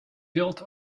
built